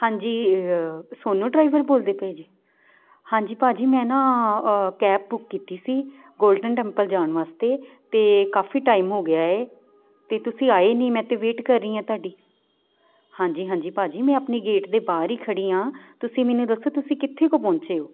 ਹਾਂਜੀ ਸੋਨੂੰ ਡਰਾਈਵਰ ਬੋਲਦੇ ਪਏ ਜੀ ਹਾਂਜੀ ਭਾਅ ਜੀ ਮੈਂ ਨਾ ਕੈਬ ਬੁੱਕ ਕੀਤੀ ਸੀ ਗੋਲਡਨ ਟੈਂਪਲ ਜਾਣ ਵਾਸਤੇ ਅਤੇ ਕਾਫ਼ੀ ਟਾਈਮ ਹੋ ਗਿਆ ਹੈ ਅਤੇ ਤੁਸੀਂ ਆਏ ਨਹੀਂ ਮੈਂ ਤਾਂ ਵੇਟ ਕਰ ਰਹੀ ਹਾਂ ਤੁਹਾਡੀ ਹਾਂਜੀ ਹਾਂਜੀ ਭਾਅ ਜੀ ਮੈਂ ਆਪਣੇ ਗੇਟ ਦੇ ਬਾਹਰ ਹੀ ਖੜ੍ਹੀ ਹਾਂ ਤੁਸੀਂ ਮੈਨੂੰ ਦੱਸੋ ਤੁਸੀਂ ਕਿੱਥੇ ਕੁ ਪਹੁੰਚੇ ਹੋ